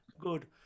good